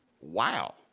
Wow